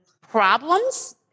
problems